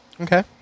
Okay